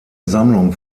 sammlung